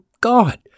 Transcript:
God